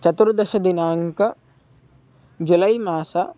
चतुर्दशदिनाङ्कः जुलै मासः